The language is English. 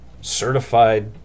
certified